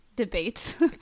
debates